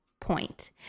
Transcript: point